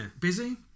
Busy